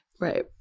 Right